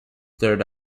third